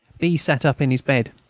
b. sat up in his bed.